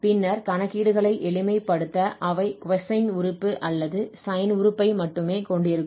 பின்னர் கணக்கீடுகளை எளிமைப்படுத்த அவை கொசைன் உறுப்பு அல்லது சைன் உறுப்பை மட்டுமே கொண்டிருக்கும்